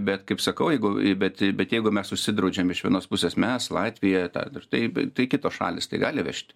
bet kaip sakau jeigu bet bet jeigu mes užsidraudžiam iš vienos pusės mes latvija ir taip tai kitos šalys tai gali vežti